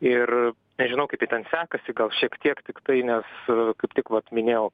ir nežinau kaip jai ten sekasi gal šiek tiek tik tai nes kaip tik vat minėjau